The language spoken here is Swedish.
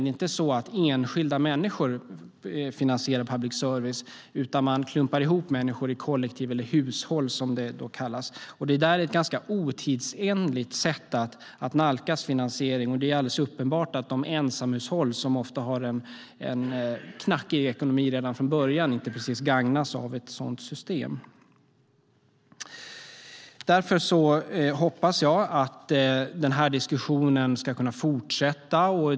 Det är inte så att enskilda människor finansierar public service, utan man klumpar ihop människor i kollektiv eller hushåll, som det då kallas. Det är ett ganska otidsenligt sätt att nalkas finansiering, och det är alldeles uppenbart att de ensamhushåll som ofta har en knackig ekonomi redan från början inte precis gagnas av ett sådant system. Därför hoppas jag att den här diskussionen ska kunna fortsätta.